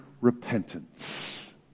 repentance